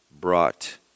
brought